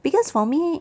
because for me